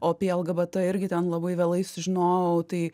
o apie lgbt irgi ten labai vėlai sužinojau tai